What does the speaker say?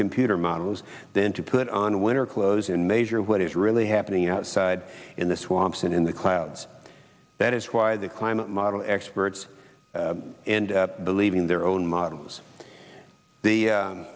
computer models then to put on a winter clothes in major what is really happening outside in the swamps and in the clouds that is why the climate model experts and believe in their own models the